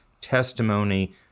testimony